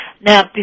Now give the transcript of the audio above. Now